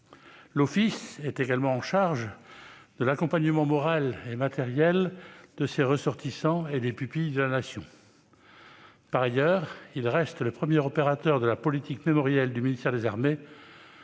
L'Office est également chargé de l'accompagnement moral et matériel de ses ressortissants et des pupilles de la Nation. Par ailleurs, il reste le premier opérateur de la politique mémorielle du ministère des armées